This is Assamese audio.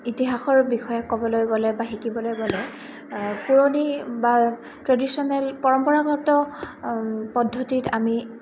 ইতিহাসৰ বিষয়ে ক'বলৈ গ'লে বা শিকিবলৈ গ'লে পুৰণি বা ট্ৰেডিশ্যনেল পৰম্পৰাগত পদ্ধতিত আমি